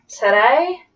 Today